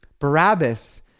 Barabbas